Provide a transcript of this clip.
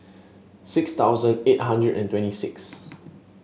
six thousand eight hundred and twenty six